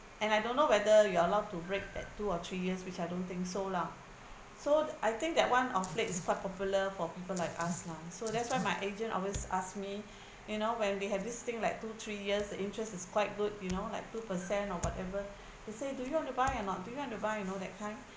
and I don't know whether you are allowed to break that two or three years which I don't think so lah so I think that one of it is quite popular for people like us lah so that's why my agent always ask me you know when we have this thing like two three years the interest is quite good you know like two per cent or whatever they say do you want to buy or not do you want to buy you know that kind